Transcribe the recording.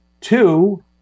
Two